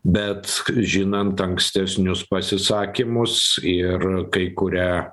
bet žinant ankstesnius pasisakymus ir kai kurią